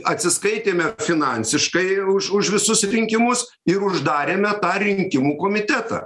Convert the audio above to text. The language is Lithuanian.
atsiskaitėme finansiškai už už visus rinkimus ir uždarėme tą rinkimų komitetą